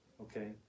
Okay